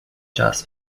jazz